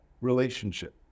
relationship